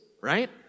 right